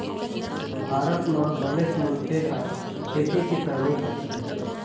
भारत म बनेच मनखे ह खेती किसानी करथे